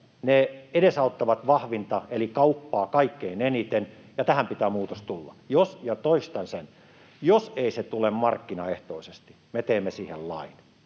Ne edesauttavat vahvinta eli kauppaa kaikkein eniten, ja tähän pitää muutos tulla. Jos, ja toistan sen, jos ei se tule markkinaehtoisesti, me teemme siihen lain.